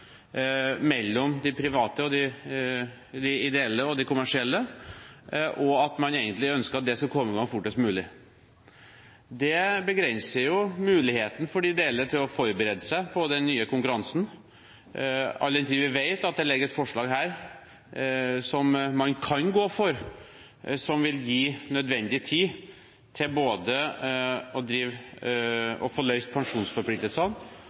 de ideelle og de kommersielle, og at man egentlig ønsker at det skal komme i gang fortest mulig. Det begrenser muligheten for de ideelle til å forberede seg på den nye konkurransen, all den tid vi vet at det ligger forslag her som man kan gå for, som vil gi nødvendig tid både til å få løst pensjonsforpliktelsene